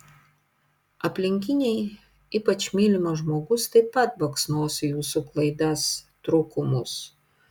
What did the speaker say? aplinkiniai ypač mylimas žmogus taip pat baksnos į jūsų klaidas trūkumus